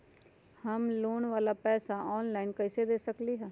हम लोन वाला पैसा ऑनलाइन कईसे दे सकेलि ह?